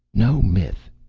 no myth,